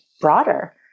broader